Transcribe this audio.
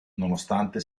nonostante